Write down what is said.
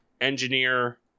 Engineer